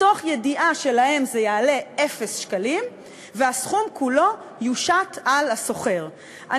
מתוך ידיעה שלהם זה יעלה אפס שקלים והסכום כולו יושת על השוכר.